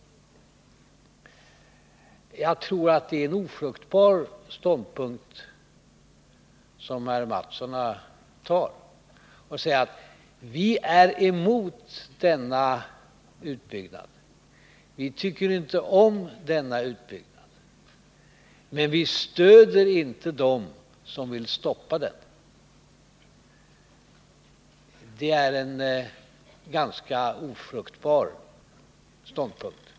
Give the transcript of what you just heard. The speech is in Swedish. Det är en ofruktbar ståndpunkt som Kjell Mattsson intar. Han förklarar att centern är emot denna utbyggnad, att centern inte tycker om den men att centern inte stöder dem som vill stoppa den. Det är en ganska ofruktbar ståndpunkt.